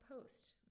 post